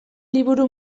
liburu